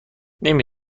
نمی